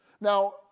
Now